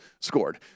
scored